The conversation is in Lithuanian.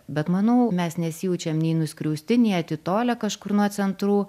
bet manau mes nesijaučiam nei nuskriausti nei atitolę kažkur nuo centrų